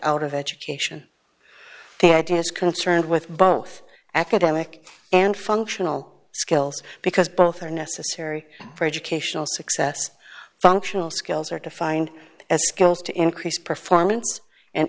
out of education the idea is concerned with both academic and functional skills because both are necessary for educational success functional skills are defined as skills to increase performance and